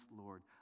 Lord